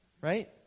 right